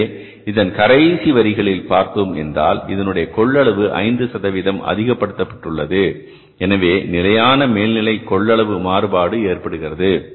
எனவே இதன் கடைசி வரிகளில் பார்த்தோம் என்றால் இதனுடைய கொள்ளளவு 5 அதிகப் படுத்தப்பட்டுள்ளது எனவே இங்கு நிலையான மேல்நிலை கொள்ளளவு மாறுபாடு ஏற்படுகிறது